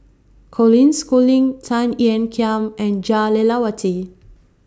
Colin Schooling Tan Ean Kiam and Jah Lelawati